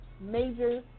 major